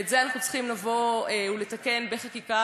ואת זה אנחנו צריכים לבוא ולתקן בחקיקה,